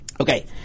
Okay